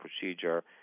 procedure